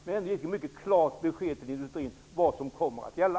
Men det är ett mycket klart besked till industrin om vad som kommer att gälla.